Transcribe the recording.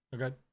okay